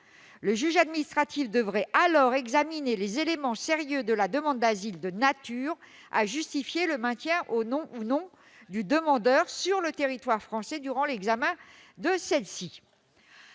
Le juge administratif devrait alors examiner les éléments sérieux de la demande d'asile de nature à justifier le maintien ou non du demandeur sur le territoire français durant l'examen de celle-ci.